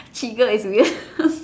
Chigga is weird